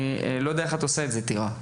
אני לא יודע איך את עושה את זה, טירה.